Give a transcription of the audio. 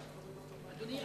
אדוני,